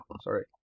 sorry